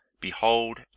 behold